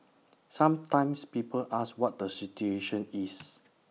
sometimes people ask what the situation is